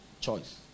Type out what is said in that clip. Choice